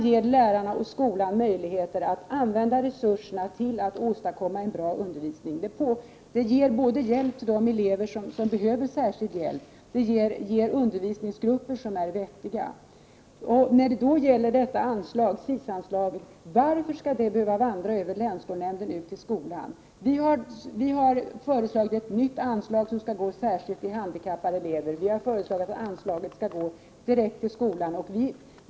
Ges lärarna och skolan möjligheter att använda resurserna till att åstadkomma en bra undervisning, skapas hjälp åt de elever som behöver särskild hjälp och undervisningsgrupper som är vettiga. Varför skall SIS-anslaget behöva vandra över länsskolnämnden ut till skolan? Vi har föreslagit ett nytt anslag som skall gå till handikappade elever, och vi har föreslagit att resten av SIS-anslaget skall gå direkt till skolan.